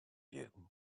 you